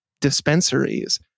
dispensaries